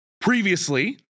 Previously